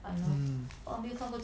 mm